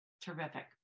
terrific